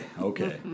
Okay